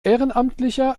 ehrenamtlicher